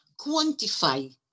quantify